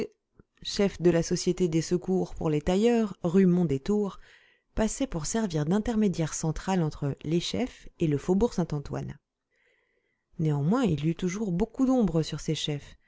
chef de la société des secours pour les tailleurs rue mondétour passait pour servir d'intermédiaire central entre les chefs et le faubourg saint-antoine néanmoins il y eut toujours beaucoup d'ombre sur ces chefs